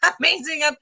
Amazing